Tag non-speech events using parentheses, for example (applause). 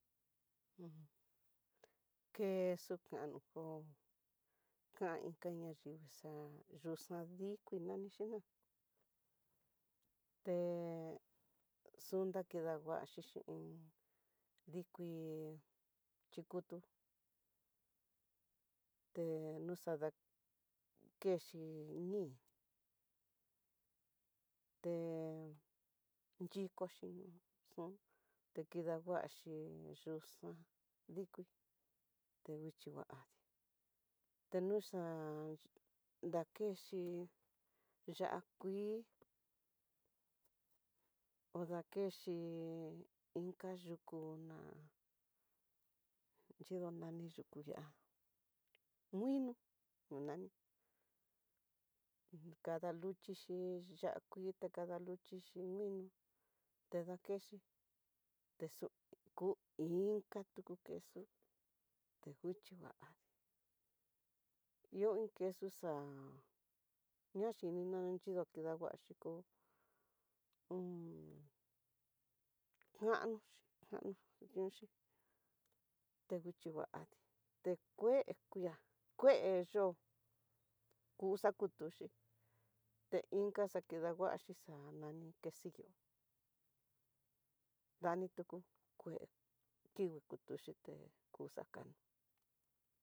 (hesitation) kexukano kó, ka inka na nayingui xa'á yuxadikui nanixhi ná, te xundakidanguaxi xhín dikui chikutu, te noxadakexhi ñii te yikoxi xun, teclanguaxi yuxá dikui te dichi ngua adii, tenuxa dakexhi ya'á kuii o dakexhi inka yuku ná, yidoni yuku ya'á muino kunani un kadaluxhixi ya'á kuii ta kadaluxhixi, mino te dakexhi texu ku inka tu queso tenguixhi va'a adii ihó iin queso xa'a naxhidono nanyido kidanguaxhi, ko hon kanoxhi kano ñonxhi tavixhi kiadii te kué kuiá kue yo'o kuxakutuxhi, te inka xakidanguaxhi nani quesillo davito kúe kingui kutuxhi te kuxa'a kanó.